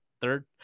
third